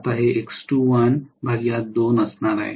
आता हे X2l 2 असणार आहे